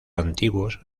antiguos